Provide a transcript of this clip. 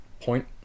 point